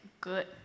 good